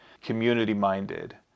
community-minded